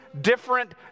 different